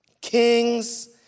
kings